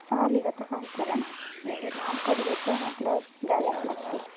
चालेल आता काय करणार एवढा लाँगकट घेत आहे म्हटल्यावर द्यावेच लागतील